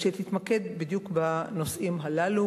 שתתמקד בדיוק בנושאים הללו,